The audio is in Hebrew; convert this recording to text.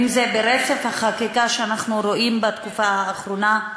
אם ברצף החקיקה שאנחנו רואים בתקופה האחרונה,